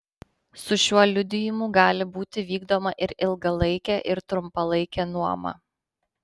su šiuo liudijimu gali būti vykdoma ir ilgalaikė ir trumpalaikė nuoma